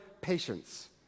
patience